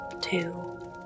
two